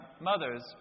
mother's